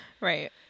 Right